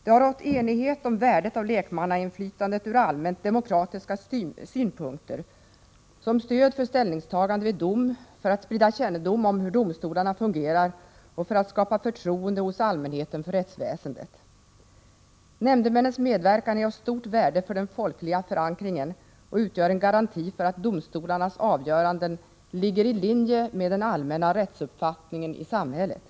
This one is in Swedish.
Det har rått enighet om värdet från allmänt demokratiska synpunker av lekmannainflytandet såsom stöd för ställningstagande vid dom, för att sprida kännedom om hur domstolarna fungerar samt för att skapa förtroende hos allmänheten för rättsväsendet. Nämndemännens medverkan är av stort värde för den folkliga förankringen och utgör en garanti för att domstolarnas avgöranden ligger i linje med den allmänna rättsuppfattningen i samhället.